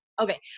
Okay